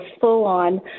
full-on